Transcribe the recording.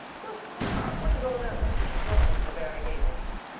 bless my heart! what does all that winking and blinking at the barry gable mean?